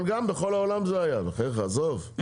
אבל גם בכל העולם זה היה בחייך, עזוב.